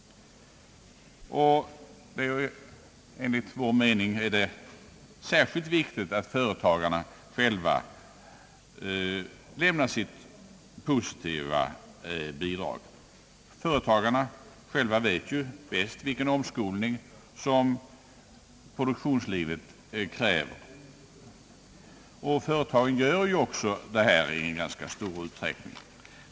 Enligt vår mening är det särskilt viktigt att företagarna själva lämnar sitt positiva bidrag. De vet ju bäst vilken omskolning som produktionslivet krä ver. Företagen gör ju också det i ganska stor utsträckning.